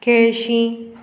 केळशीं